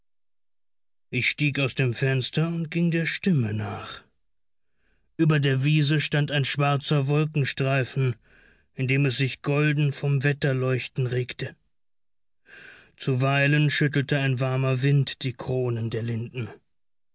ich stieg aus dem fenster und ging der stimme nach über der wiese stand ein schwarzer wolkenstreifen in dem es sich golden vom wetterleuchten regte zuweilen schüttelte ein warmer wind die kronen der linden